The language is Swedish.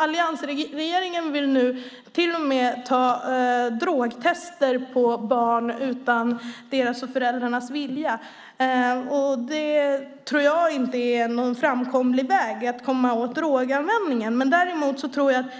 Alliansregeringen vill nu till och med drogtesta barn mot deras och föräldrarnas vilja. Det tror jag inte är någon framkomlig väg för att komma åt droganvändningen. Däremot tror jag att